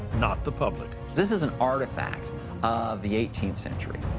not the public. this is an artifact of the eighteenth century,